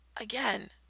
Again